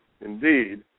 Indeed